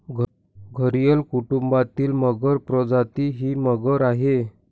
घरियल कुटुंबातील मगर प्रजाती ही मगर आहे